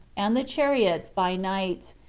and the chariots, by night,